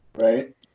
Right